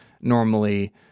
normally